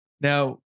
now